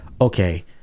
okay